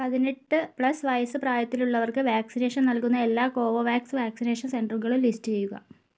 പതിനെട്ട് പ്ലസ് വയസ്സ് പ്രായത്തിലുള്ളവർക്ക് വാക്സിനേഷൻ നൽകുന്ന എല്ലാ കോവോവാക്സ് വാക്സിനേഷൻ സെന്ററുകളും ലിസ്റ്റ് ചെയ്യുക